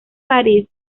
parís